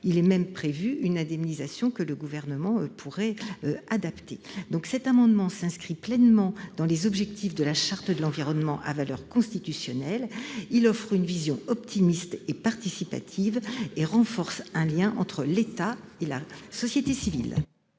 Il est même prévu une indemnisation que le Gouvernement pourrait adapter. Cet amendement s'inscrit pleinement dans les objectifs de la Charte de l'environnement à valeur constitutionnelle ; il est porteur d'une vision optimiste et participative et vise à renforcer le lien entre l'État et la société civile.